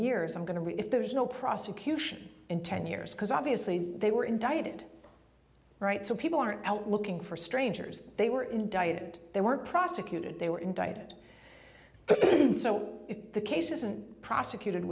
years i'm going to be if there's no prosecution in ten years because obviously they were indicted right so people aren't out looking for strangers they were indicted they weren't prosecuted they were indicted so if the case isn't prosecuted